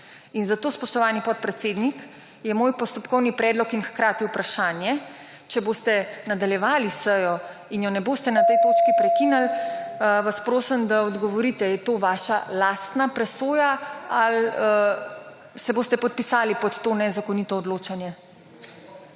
in zato, spoštovani podpredsednik, je moj postopkovni predlog in hkrati vprašanje, če boste nadaljevali sejo in jo ne boste na tej točki prekinili vas prosim, da mi odgovorite ali je to vaša lastna presoja ali se boste podpisali pod to nezakonito odločanje?